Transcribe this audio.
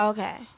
Okay